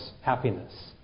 happiness